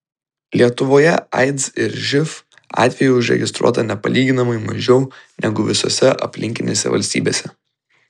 lietuvoje aids ir živ atvejų užregistruota nepalyginamai mažiau negu visose aplinkinėse valstybėse